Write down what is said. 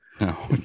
No